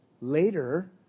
later